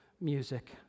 music